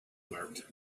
marked